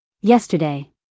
Yesterday